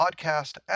podcast